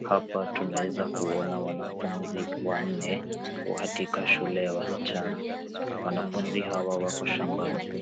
Hapa tunaweza kuona wanafunzi wanne katika shule ya wasichana, wanafunzi hawa wako shambani,